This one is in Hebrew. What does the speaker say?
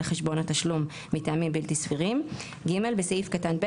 חשבון התשלום מטעמים בלתי סבירים"; בסעיף קטן (ב),